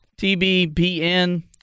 TBPN